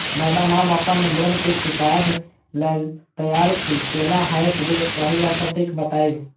Madam हम अप्पन loan केँ चुकाबऽ लैल तैयार छी केना हएत जे सही आ सटिक बताइब?